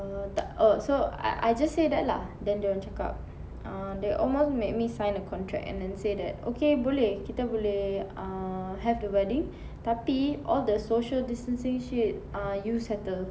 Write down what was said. err th~ so I I just say that lah then dorang cakap uh they almost made me sign the contract and then say that okay boleh kita boleh err have the wedding tapi all the social distancing shit ah you settle